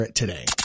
today